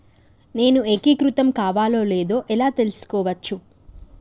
నేను ఏకీకృతం కావాలో లేదో ఎలా తెలుసుకోవచ్చు?